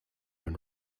own